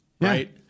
right